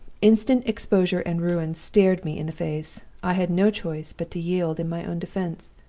instant exposure and ruin stared me in the face i had no choice but to yield in my own defense.